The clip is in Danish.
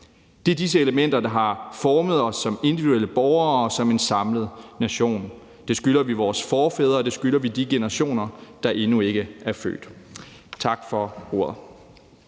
Det er disse elementer, der har formet os som individuelle borgere og som en samlet nation. Det skylder vi vores forfædre, og det skylder vi de generationer, der endnu ikke er født. Tak for ordet.